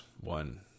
One